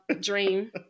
dream